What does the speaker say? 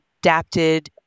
adapted